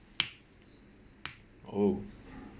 oh